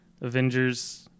Avengers